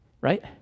right